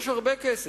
יש הרבה כסף.